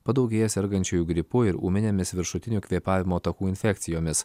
padaugėja sergančiųjų gripu ir ūminėmis viršutinių kvėpavimo takų infekcijomis